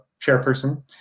chairperson